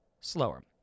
slower